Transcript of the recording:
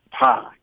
pie